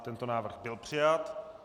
Tento návrh byl přijat.